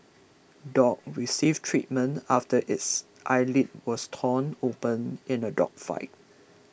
dog receives treatment after its eyelid was torn open in a dog fight